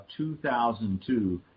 2002